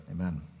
Amen